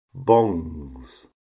bongs